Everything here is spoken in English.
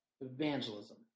Evangelism